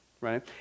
right